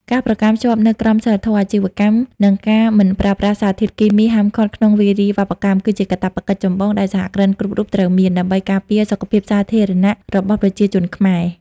ការប្រកាន់ខ្ជាប់នូវក្រមសីលធម៌អាជីវកម្ម និងការមិនប្រើប្រាស់សារធាតុគីមីហាមឃាត់ក្នុងវារីវប្បកម្ម គឺជាកាតព្វកិច្ចចម្បងដែលសហគ្រិនគ្រប់រូបត្រូវមាន ដើម្បីការពារសុខភាពសាធារណៈរបស់ប្រជាជនខ្មែរ។